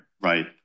right